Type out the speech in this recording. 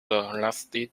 lastest